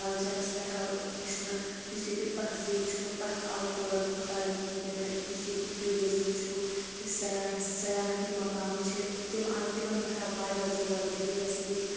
کلچرس پٮ۪ٹھ آو وٕچھنہٕ یُس ییٚتیُک تہزیٖب چھُ تتھ آو تھوڑا بہت ترقی دِنہٕ یُس ییٚتیُک ٹیوٗرزم چھُ یُس سیاحس سیاحتی مقام چھِ تِم آیہِ تِمن پٮ۪ٹھ آو واریاہ زور دِنہٕ یۄس ییٚتِچ